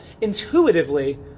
intuitively